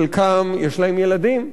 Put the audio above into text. חלקם, יש להם ילדים.